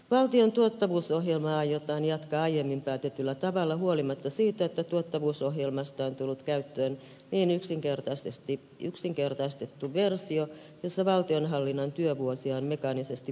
valtion tuottavuusohjelmaa aiotaan jatkaa aiemmin päätetyllä tavalla huolimatta siitä että tuottavuusohjelmasta on tullut käyttöön yksinkertaistettu versio jossa valtionhallinnon työvuosia on mekaanisesti vähennetty